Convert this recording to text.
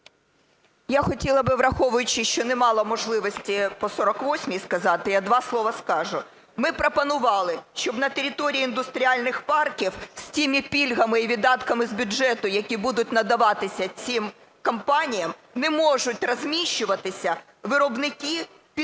Я хотіла би, враховуючи, що не мала можливості по 48-й сказати, я два слова скажу. Ми пропонували, щоб на території індустріальних парків з тими пільгами і видатками з бюджету, які будуть надаватися цим компаніям, не можуть розміщуватися виробники підакцизних